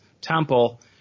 Temple